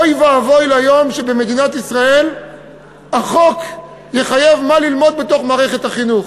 אוי ואבוי ליום שבמדינת ישראל החוק יחייב מה ללמוד בתוך מערכת החינוך.